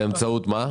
באמצעות מה?